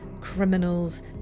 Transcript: criminals